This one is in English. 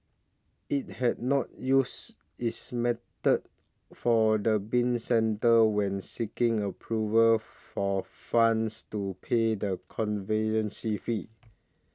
it had not used this method for the bin centre when seeking approval for funds to pay the fee